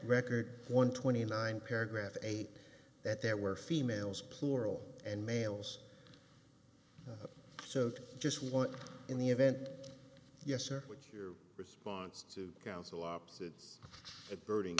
record one twenty nine paragraph eight that there were females plural and males just one in the event yes sir with your response to counsel ops it's a burning